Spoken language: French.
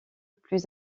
plus